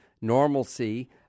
normalcy